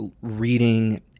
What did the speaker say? reading